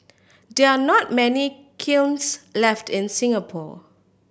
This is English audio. there are not many kilns left in Singapore